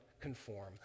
Conform